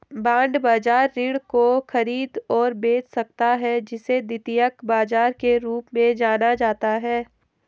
bond बाजार ऋण को खरीद और बेच सकता है जिसे द्वितीयक बाजार के रूप में जाना जाता है